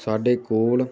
ਸਾਡੇ ਕੋਲ